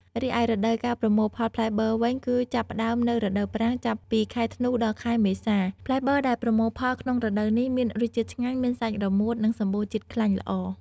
រីឯរដូវកាលប្រមូលផលផ្លែបឺរវិញ គឹចាប់ផ្ដើមនៅរដូវប្រាំង ចាប់ពីខែធ្នូ ដល់ខែមេសា ផ្លែបឺរដែលប្រមូលផលក្នុងរដូវនេះមានរសជាតិឆ្ងាញ់ មានសាច់រមួតនិងសម្បូរជាតិខ្លាញ់ល្អ។